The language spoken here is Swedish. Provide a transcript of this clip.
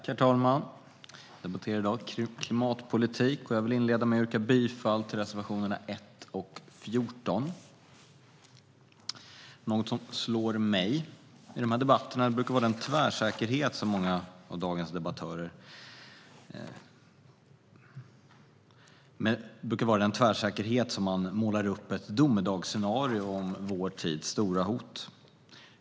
Herr talman! Vi ska i dag debattera klimatpolitik. Jag vill inleda med att yrka bifall till reservationerna 1 och 14. Något som slår mig är den tvärsäkerhet med vilken många av dagens debattörer målar upp ett domedagsscenario om vår tids stora hot.